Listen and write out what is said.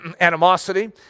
animosity